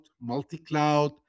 multi-cloud